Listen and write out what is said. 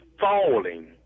falling